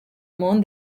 món